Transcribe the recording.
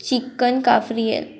chicken cafreal